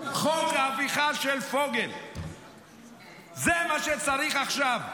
חוק ההפיכה של פוגל, זה מה שצריך עכשיו?